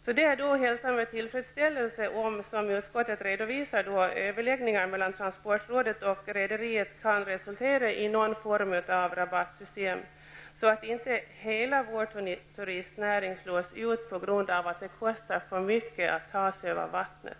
Så det är att hälsa med tillfredsställelse om, som utskottet redovisar, överläggningar mellan transportrådet och rederiet kan resultera i någon form av rabattsystem så att inte hela vår turistnäring slås ut på grund av att det kostar för mycket att ta sig över vattnet.